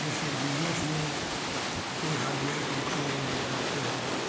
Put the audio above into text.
जैसे बिजनेस में कोई हार्ड वेयर की दुकान अगर डालते हैं डेट